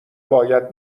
باید